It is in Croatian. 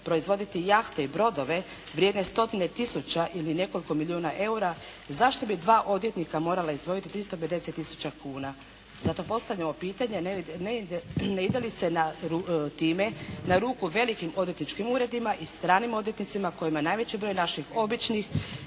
proizvoditi jahte i brodove vrijedne stotine tisuća ili nekoliko milijuna eura, zašto bi dva odvjetnika morala izdvojiti 350 tisuća kuna? Zato postavljamo pitanje ne ide li se time na ruku velikim odvjetničkim uredima i stranim odvjetnicima kojima je najveći broj naših običnih,